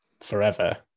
forever